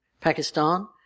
Pakistan